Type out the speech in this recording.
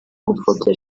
gupfobya